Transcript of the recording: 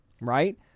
right